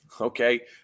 okay